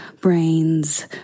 brains